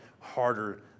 harder